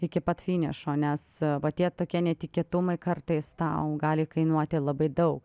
iki pat finišo nes va tie tokie netikėtumai kartais tau gali kainuoti labai daug